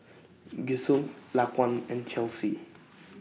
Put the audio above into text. Gisselle Laquan and Chelsea